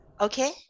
okay